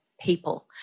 people